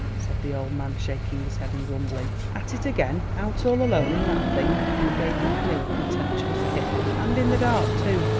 said the old man shaking his head and grumbling, at it again! out all alone in that thing, and he gave the canoe a contemptuous kick, and in the dark, too.